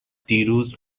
دیروز